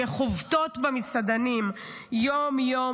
שחובטות במסעדנים יום-יום,